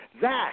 Zach